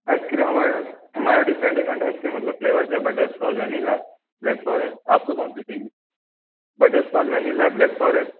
ice cream हमारे हमारे different different type की मतलब फ्लेवर्स है जैसे बटरस्कॉच वेनीला ब्लेक फॉरेस्ट आपको कौन सी चाहिए बटरस्कॉच वेनीला ब्लेक फॉरेस्ट